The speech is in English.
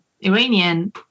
Iranian